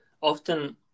often